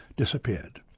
disappeared.